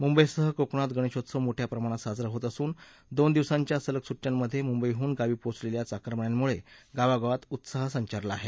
मुंबईसह कोकणात गणेशोत्सव मोठ्या प्रमाणात साजरा होत असून दोन दिवसांच्या सलग सुट्टयांमधे मुंबईहुन गावी पोहचलेल्या चाकरमान्यांमुळे गावागावात उत्साह संचारला आहे